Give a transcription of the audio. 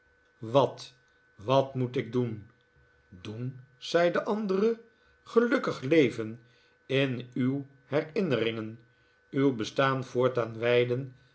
wat wat moet ik doen doen zei de andere gelukkig leven in uw herinneringen uw bestaan voortaan wijden